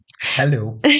Hello